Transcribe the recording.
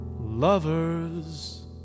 Lovers